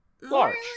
Large